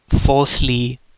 falsely